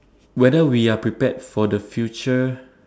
whether we are prepared for the future